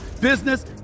business